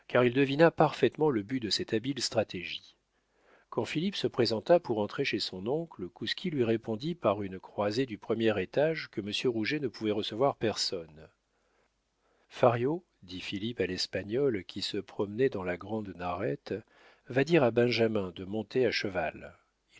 il devina parfaitement le but de cette habile stratégie quand philippe se présenta pour entrer chez son oncle kouski lui répondit par une croisée du premier étage que monsieur rouget ne pouvait recevoir personne fario dit philippe à l'espagnol qui se promenait dans la grande narette va dire à benjamin de monter à cheval